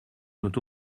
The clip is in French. notre